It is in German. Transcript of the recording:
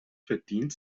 verdient